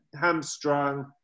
hamstrung